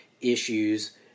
issues